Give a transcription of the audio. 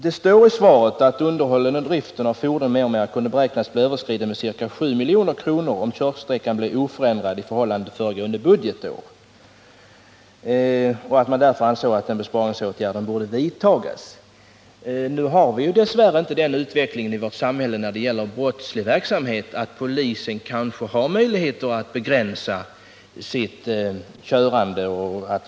Det står i svaret att anslaget Underhåll och drift av fordon m.m. kunde beräknas bli överskridet med ca 7 milj.kr., om körsträckan blev oförändrad i förhållande till föregående budgetår. Vidare står det att styrelsen därför ansåg att besparingsfrämjande åtgärder borde vidtas. Nu har vi dess värre inte den utvecklingen i samhället när det gäller brottslig verksamhet att polisen har möjlighet att begränsa sin bilkörning.